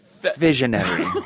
Visionary